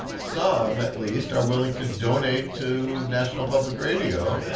some at least are willing to donate to national public radio.